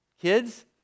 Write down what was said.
Kids